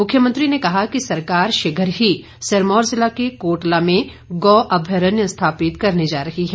मुख्यमंत्री ने कहा कि सरकार शीघ्र ही सिरमौर ज़िला के कोटला में गौ अभ्यरण्य स्थापित करने जा रही है